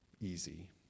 easy